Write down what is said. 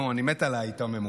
מי זה משה מירון?